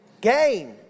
Gain